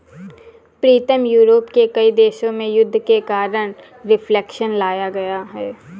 प्रीतम Europe के कई देशों में युद्ध के कारण रिफ्लेक्शन लाया गया है